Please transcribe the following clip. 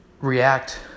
react